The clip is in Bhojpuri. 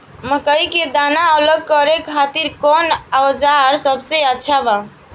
मकई के दाना अलग करे खातिर कौन औज़ार सबसे अच्छा बा?